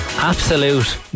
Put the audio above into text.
Absolute